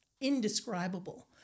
indescribable